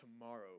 tomorrow